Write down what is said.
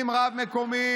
אם רב מקומי,